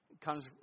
comes